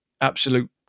absolute